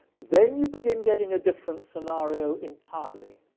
then you begin getting a different scenario entirely,